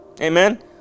Amen